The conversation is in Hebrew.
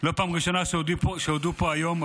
לא פעם ראשונה שהודו פה היום,